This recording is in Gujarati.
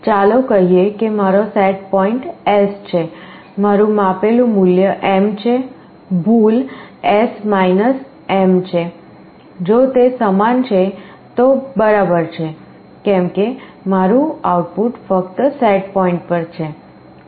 ચાલો કહીએ કે મારો સેટ પૉઇન્ટ S છે મારું માપેલ મૂલ્ય M છે ભૂલ S M છે જો તે સમાન છે તો બરાબર છે કેમ કે મારું આઉટપુટ ફક્ત સેટ પોઇન્ટ પર છે